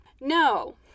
No